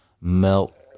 melt